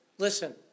Listen